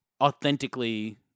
authentically